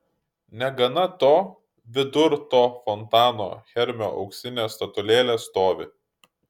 negana to vidur to fontano hermio auksinė statulėlė stovi